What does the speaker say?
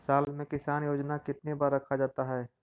साल में किसान योजना कितनी बार रखा जाता है?